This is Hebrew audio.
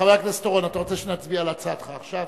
חבר הכנסת אורון, אתה רוצה שנצביע על הצעתך עכשיו?